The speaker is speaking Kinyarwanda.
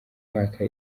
mwaka